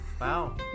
Wow